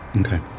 Okay